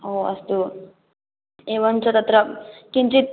ओ अस्तु एवञ्च तत्र किञ्चित्